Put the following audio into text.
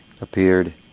appeared